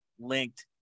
linked